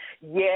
Yes